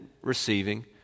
receiving